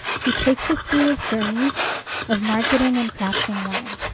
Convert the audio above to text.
he takes us through his journey of marketing and crafting wine.